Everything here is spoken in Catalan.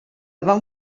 van